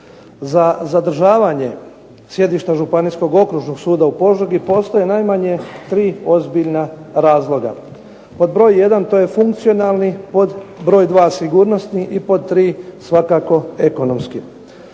Za zadržavanje sjedišta Županijskog okružnog suda u Požegi postoje najmanje 3 ozbiljna razloga. Pod broj 1) to je funkcionalni, pod broj 2) sigurnosni i pod 3) svakako ekonomski.